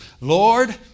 Lord